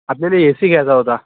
आपल्याला A C घ्यायचा होता